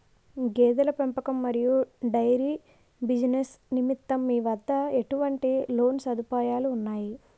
గేదెల పెంపకం మరియు డైరీ బిజినెస్ నిమిత్తం మీ వద్ద ఎటువంటి లోన్ సదుపాయాలు ఉన్నాయి?